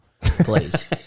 please